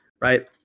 right